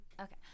Okay